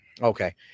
Okay